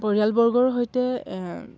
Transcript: পৰিয়ালবৰ্গৰ সৈতে